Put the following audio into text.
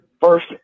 First